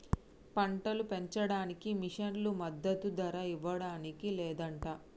పంటలు పెంచడానికి మిషన్లు మద్దదు ధర ఇవ్వడానికి లేదంట